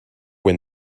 when